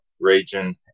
region